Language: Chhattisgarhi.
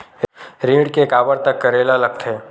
ऋण के काबर तक करेला लगथे?